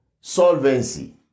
solvency